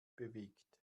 bewegt